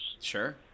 Sure